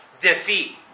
defeat